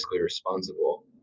responsible